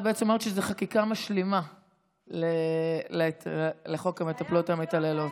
את בעצם אומרת שזו חקיקה משלימה לחוק המטפלות המתעללות.